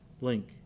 link